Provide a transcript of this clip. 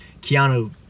keanu